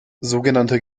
sogenannter